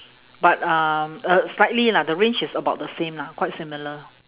but um uh slightly lah the range is about the same lah quite similar